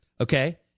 Okay